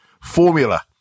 Formula